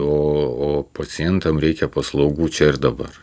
o o pacientam reikia paslaugų čia ir dabar